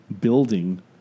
building